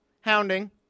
Hounding